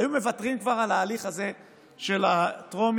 היו מוותרים כבר על ההליך הזה של הטרומית.